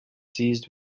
seized